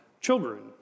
children